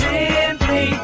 Simply